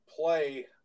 play